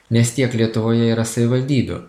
nes tiek lietuvoje yra savivaldybių